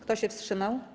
Kto się wstrzymał?